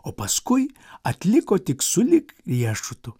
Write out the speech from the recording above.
o paskui atliko tik sulig riešutu